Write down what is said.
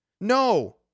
No